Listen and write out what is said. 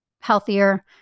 healthier